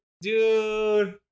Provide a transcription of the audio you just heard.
dude